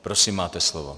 Prosím, máte slovo.